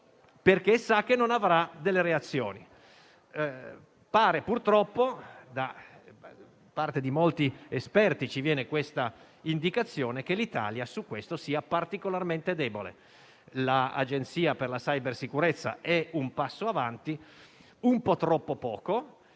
perché sa che non avrà delle reazioni. Da parte di molti esperti, purtroppo, ci viene l'indicazione che l'Italia su questo sia particolarmente debole. L'Agenzia per la cybersicurezza è un passo avanti, ma è un po' troppo poco